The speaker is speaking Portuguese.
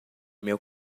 meu